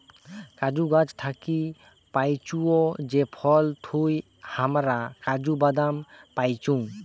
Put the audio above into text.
কাজু গাছ থাকি পাইচুঙ যে ফল থুই হামরা কাজু বাদাম পাইচুং